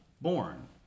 born